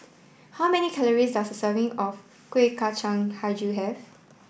how many calories does a serving of Kuih Kacang Hijau have